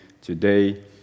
today